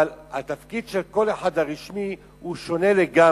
אבל התפקיד הרשמי של כל אחד שונה לגמרי,